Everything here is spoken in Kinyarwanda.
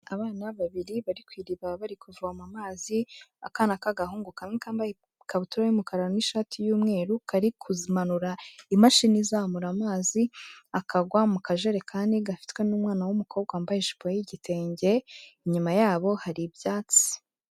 Abana babiri bari ku iriba bari kuvoma amazi, akana k'agahungu kamwe kambaye ikabutura y'umukara n'ishati y'umweru, kari kumanura imashini izamura amazi akagwa mu kajerekani, gafitwe n'umwana w'umukobwa wambaye ijipo y'igitenge, inyuma yabo hari ibyatsi.